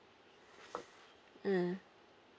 mm